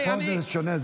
אבל פה זה שונה,